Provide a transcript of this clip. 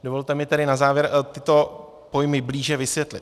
Dovolte mi tedy na závěr tyto pojmy blíže vysvětlit.